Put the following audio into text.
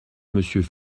monsieur